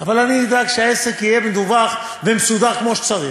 אבל אני אדאג שהעסק יהיה מדווח ומסודר כמו שצריך.